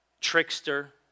trickster